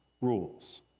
rules